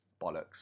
Bollocks